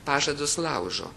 pažadus laužo